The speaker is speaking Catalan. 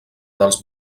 dels